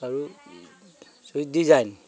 আৰু Swift Dzire